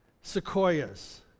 sequoias